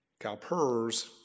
CalPERS